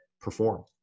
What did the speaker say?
perform